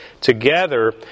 together